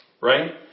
right